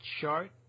chart